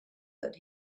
that